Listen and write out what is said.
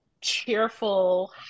cheerful